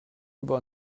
über